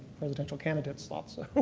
presidential candidates thought so,